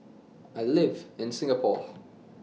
I live in Singapore